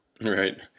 Right